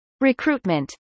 Recruitment